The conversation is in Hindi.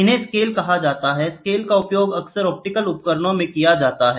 इन्हें स्केल कहा जाता है स्केल का उपयोग अक्सर ऑप्टिकल उपकरणों में किया जाता है